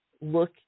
Look